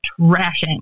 trashing